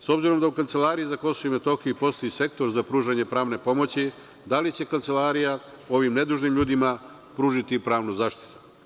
S obzirom da u Kancelariji za KiM postoji sektor za pružanje pravne pomoći, da li će Kancelarija ovim nedužnim ljudima pružiti pravnu zaštitu?